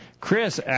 Chris